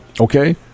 okay